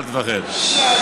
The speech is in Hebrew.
אל תפחד.